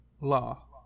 Law